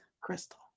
crystal